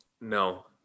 No